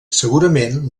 segurament